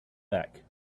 back